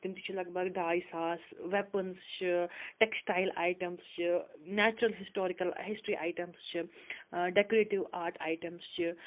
تِم تہِ چھِ لگ بگ ڈاے ساس ویپنٕز چھِ ٹیکٕسٹایل آیٹمٕز چھِ نیچرَل ہِسٹورِکَل ہِسٹِرٛی آیٹَمٕز چھِ ڈیٚکُریٹِو آٹ آیٹَمٕز چھِ